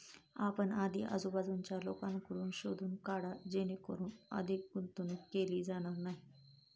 आपण आधी आजूबाजूच्या लोकांकडून शोधून काढा जेणेकरून अधिक गुंतवणूक केली जाणार नाही